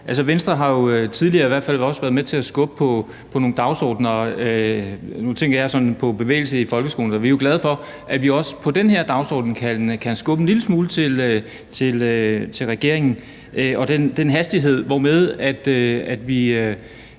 ord. Venstre har jo i hvert fald tidligere også været med til at skubbe på nogle dagsordener, og nu tænker jeg sådan på bevægelse i folkeskolen. Og vi er jo glade for, at vi også på den her dagsorden kan skubbe en lille smule til regeringen og den hastighed, hvormed vi